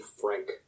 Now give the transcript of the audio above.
Frank